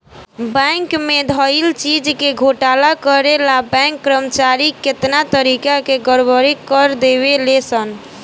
bank में धइल चीज के घोटाला करे ला बैंक कर्मचारी कितना तारिका के गड़बड़ी कर देवे ले सन